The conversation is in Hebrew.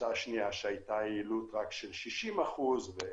לקבוצה שנייה שבה הייתה יעילות רק של 60%. זה